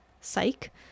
psych